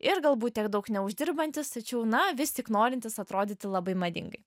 ir galbūt tiek daug neuždirbantis tačiau na vis tik norintis atrodyti labai madingai